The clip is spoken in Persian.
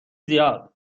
زیاد